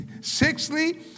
Sixthly